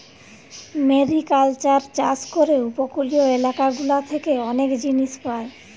mariculture চাষ করে উপকূলীয় এলাকা গুলা থেকে অনেক জিনিস পায়